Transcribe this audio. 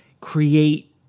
create